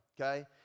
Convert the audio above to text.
okay